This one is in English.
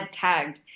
tagged